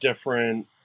different